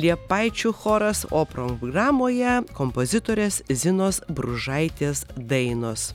liepaičių choras o programoje kompozitorės zinos bružaitės dainos